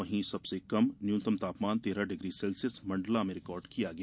वहीं सबसे कम न्यूनतम तापमान तेरह डिग्री सेल्सियस मण्डला में रिकार्ड किया गया